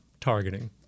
targeting